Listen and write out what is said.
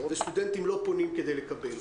וסטודנטים לא פונים כדי לקבל.